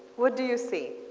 what do you see?